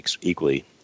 equally